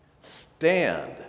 stand